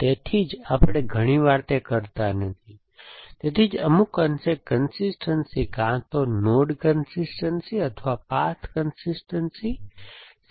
તેથી જ આપણે ઘણીવાર તે કરતા નથી તેથી જ અમુક અંશે કન્સિસ્ટનસી કાં તો નોડ કન્સિસ્ટનસી અથવા પાથ કન્સિસ્ટનસી